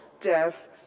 death